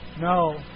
No